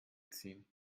ziehen